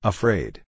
Afraid